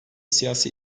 siyasi